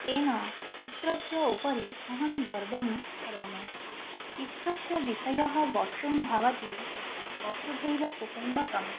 तेन चित्रस्य उपरि अहं गर्वं करोमि चित्रस्य विषयः वस्तु भवति वसुधैव कुटुम्बकम्